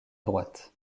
droite